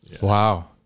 Wow